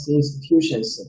institutions